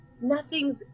nothing's